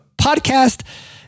podcast